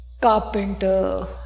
Carpenter